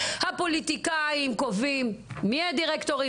הפוליטיקאים קובעים מי הדירקטורים,